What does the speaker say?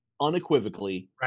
unequivocally